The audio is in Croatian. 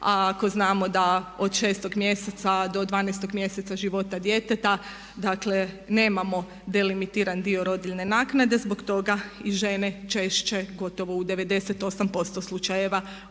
ako znamo da od 6. mjeseca do 12. mjeseca života djeteta dakle nemamo delimitiran dio rodiljne naknade zbog toga i žene češće gotovo u 98% slučajeva